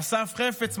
אסף חפץ,